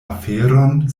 aferon